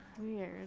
Weird